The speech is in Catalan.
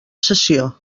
sessió